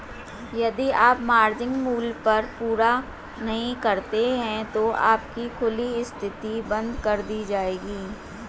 यदि आप मार्जिन मूल्य को पूरा नहीं करते हैं तो आपकी खुली स्थिति बंद कर दी जाएगी